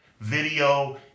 video